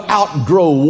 outgrow